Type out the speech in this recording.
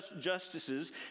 justices